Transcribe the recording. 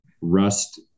rust